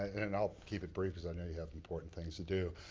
and i'll keep it brief. cause i know you have important things to do.